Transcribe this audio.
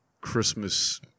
christmas